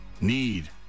need